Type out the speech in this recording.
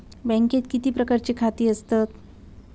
बँकेत किती प्रकारची खाती असतत?